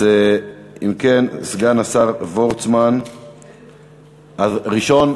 הראשונה,